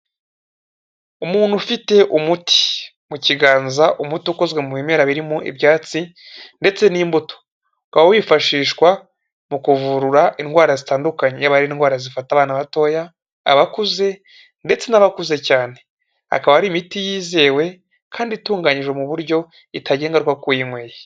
Umuntu ufite umuti mu kiganza umuti ukozwe mu bimera birimo ibyatsi ndetse n'imbuto ukaba wifashishwa mu kuvura indwara zitandukanye yaba ari indwara zifata abana batoya, abakuze ndetse n'abakuze cyane akaba ari imiti yizewe kandi itunganyijwe mu buryo itagira ingaruka ku yinyweye.